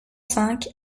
cinq